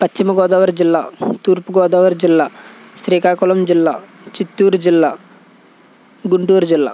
పశ్చిమగోదావరి జిల్లా తూర్పు గోదావరి జిల్లా శ్రీకాకుళం జిల్లా చిత్తూరు జిల్లా గుంటూరు జిల్లా